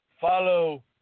follow